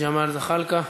איימן עודה,